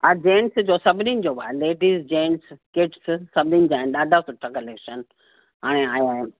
हा जेन्ट्स जो सभिनीनि जो आहे लेडिस जेन्ट्स किड्स सभिनि जा आहिनि ॾाढा सुठा कलेक्शन हाणे आया आहिनि